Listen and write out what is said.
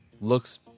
Looks